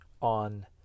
on